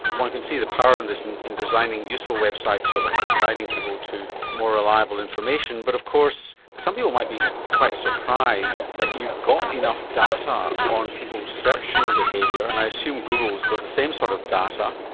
one can see the power in this in in designing useful websites or perhaps guiding people to more reliable information, but of course some people might be quite surprised that you've got enough data on people's searching behaviour, and i assume google has got the same sort of data,